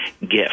gift